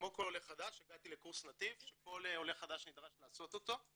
כמו כל עולה חדש הגעתי לקורס נתיב שכל עולה חדש נדרש לעשות אותו.